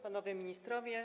Panowie Ministrowie!